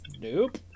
Nope